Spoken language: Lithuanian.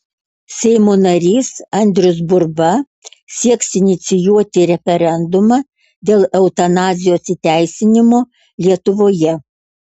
seimo narys andrius burba sieks inicijuoti referendumą dėl eutanazijos įteisinimo lietuvoje